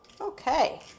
Okay